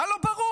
מה לא ברור?